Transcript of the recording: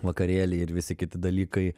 vakarėliai ir visi kiti dalykai